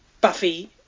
Buffy